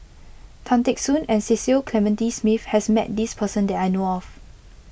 Tan Teck Soon and Cecil Clementi Smith has met this person that I know of